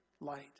light